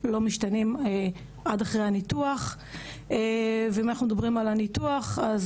משתנים עד אחרי הניתוח ואם אנחנו מדברים על הניתוח ניתן